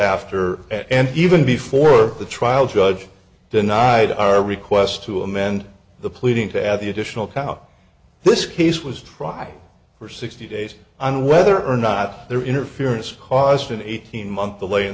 after and even before the trial judge denied our request to amend the pleading to add the additional cop this case was dry for sixty days on whether or not their interference caused an eighteen month delay in